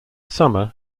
summer